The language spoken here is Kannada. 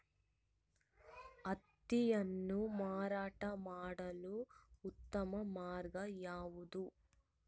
ಹತ್ತಿಯನ್ನು ಮಾರಾಟ ಮಾಡಲು ಉತ್ತಮ ಮಾರ್ಗ ಯಾವುದು?